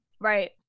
Right